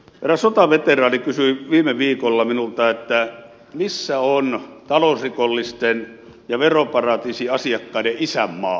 eräs sotaveteraani kysyi viime viikolla minulta missä on talousrikollisten ja veroparatiisiasiakkaiden isänmaa